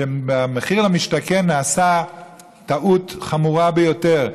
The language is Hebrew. שבמחיר למשתכן נעשתה טעות חמורה ביותר: